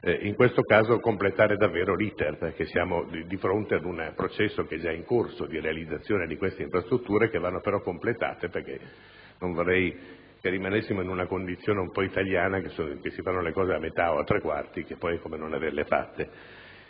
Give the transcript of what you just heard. in questo caso completare davvero l'*iter*, perché siamo di fronte ad un processo di realizzazione di queste infrastrutture, che vanno però completate, perché non vorrei che rimanessimo in una condizione per così dire italiana, per cui si fanno le cose a metà o a tre quarti, che poi è come non averle fatte.